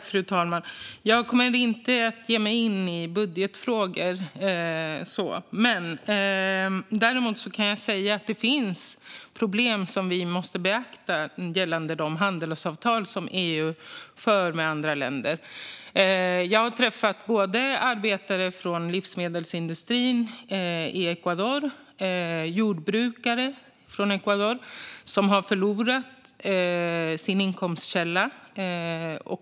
Fru talman! Jag kommer inte att ge mig in i budgetfrågor. Däremot kan jag säga att det finns problem som vi måste beakta gällande de handelsavtal som EU har med andra länder. Jag har träffat både arbetare från livsmedelsindustrin i Ecuador och jordbrukare från Ecuador som har förlorat sin inkomstkälla.